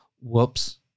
Whoops